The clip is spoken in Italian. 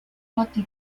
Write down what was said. fatti